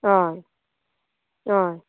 हय हय